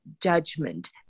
judgment